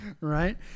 right